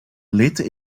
later